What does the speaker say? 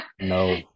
No